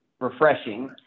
refreshing